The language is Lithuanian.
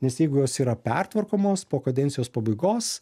nes jeigu jos yra pertvarkomos po kadencijos pabaigos